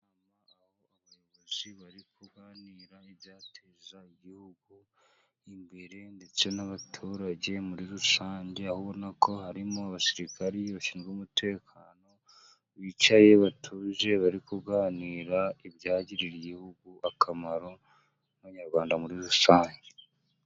Abayobozi bari kuganira ibyateza igihugu imbere ndetse n'abaturage muri rusange, aho ubonako harimo abasirikare bashinzwe umutekano bicaye batuje bari kuganira, ibyagirira igihugu akamaro n'Abanyarwanda muri rusange.